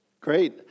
Great